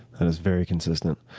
and is very consistent.